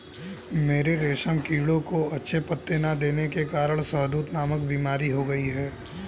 मेरे रेशम कीड़ों को अच्छे पत्ते ना देने के कारण शहदूत नामक बीमारी हो गई है